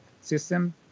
system